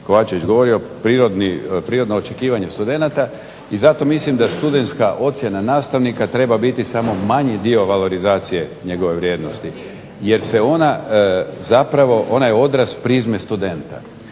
KOvačević govorio, prirodno očekivanje studenata. I zato mislim da studentska ocjena nastavnika treba biti samo manji dio valorizacije njegove vrijednosti jer je ona zapravo odraz prizme studenta.